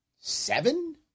seven